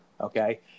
Okay